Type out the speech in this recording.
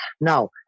Now